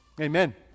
Amen